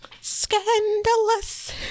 scandalous